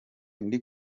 ndi